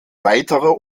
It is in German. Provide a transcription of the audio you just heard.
weiterer